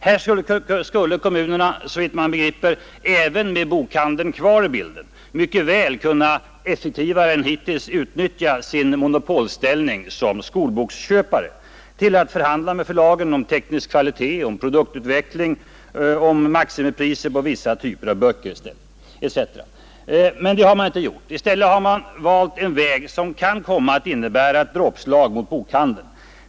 Här skulle kommunerna, såvitt man begriper, även med bokhandeln kvar i bilden effektivare än hittills kunna utnyttja sin monopolställning som skolboksköpare för att förhandla med förlagen om teknisk kvalitet, om produktutveckling, om maximipriser på vissa typer av böcker etc. Det har man emellertid inte gjort. I stället har man valt en väg som kan komma att innebära ett dråpslag mot bokhandeln.